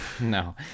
No